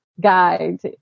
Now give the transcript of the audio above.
guide